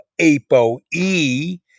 ApoE